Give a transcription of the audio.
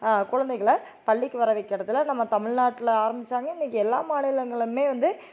குழந்தைகள பள்ளிக்கு வர வைக்கிறதில் நம்ம தமிழ்நாட்டில் ஆரம்பித்தாங்க இன்னைக்கு எல்லா மாநிலங்களும் வந்து